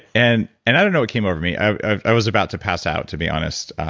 and and i don't know what came over me. i was about to pass out, to be honest.